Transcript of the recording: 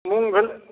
मूंग भेल